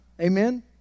amen